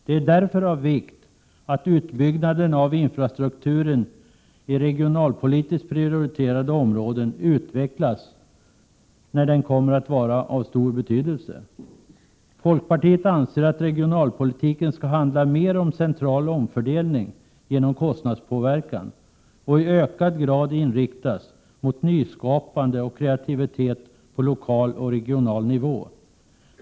Det är därför av vikt att utbyggnaden av infrastrukturen i regionalpolitiskt prioriterade områden utvecklas, eftersom den kommer att vara av stor betydelse. Folkpartiet anser att regionalpolitiken mer än den gör skall handla om central omfördelning genom kostnadspåverkan och i ökad grad inriktas mot nyskapande och kreativitet på lokal och regional nivå.